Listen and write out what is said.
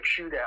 shootout